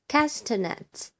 Castanets